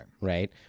Right